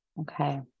Okay